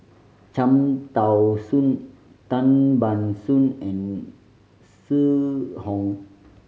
Cham Tao Soon Tan Ban Soon and Zhu Hong